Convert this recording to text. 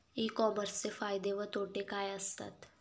E कॉमर्सचे फायदे व तोटे काय असतात?